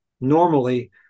normally